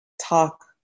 talk